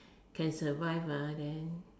can survive ah then